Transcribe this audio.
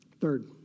Third